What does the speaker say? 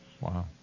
Wow